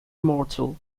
immortal